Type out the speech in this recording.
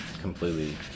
completely